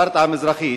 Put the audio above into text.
ברטעה המזרחית,